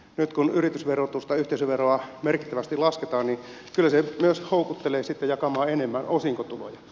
nyt kun yhteisöveroa merkittävästi lasketaan niin kyllä se myös houkuttelee sitten jakamaan enemmän osinkotuloja